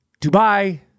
Dubai